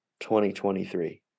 2023